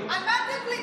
על מנדלבליט,